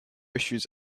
issues